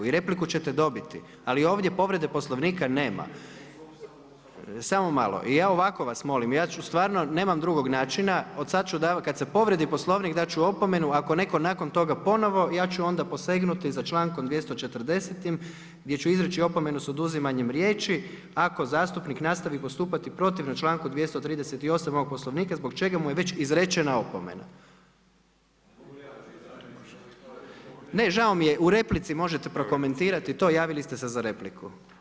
I repliku ćete dobiti ali ovdje povrede Poslovnika nema. … [[Upadica se ne čuje.]] Samo malo, ja ovako vas molim, ja ću stvarno, nemam drugog načina, od sada ću davati, kada se povrijedi Poslovnik dati ću opomenu, ako netko nakon toga ponovno, ja ću onda posegnuti za člankom 240.-tim gdje ću izreći opomenu sa oduzimanjem riječi, ako zastupnik nastavi postupati protivno članku 238. ovog Poslovnika zbog čega mu je već izrečena opomena. … [[Upadica se ne čuje.]] Ne, žao mi je, u replici možete prokomentirati to, javili ste se za repliku.